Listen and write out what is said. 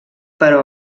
però